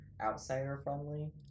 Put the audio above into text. outsider-friendly